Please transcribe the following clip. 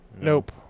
Nope